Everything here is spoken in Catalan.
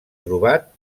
trobat